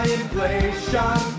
inflation